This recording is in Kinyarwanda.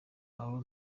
aho